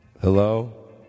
Hello